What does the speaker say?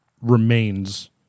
remains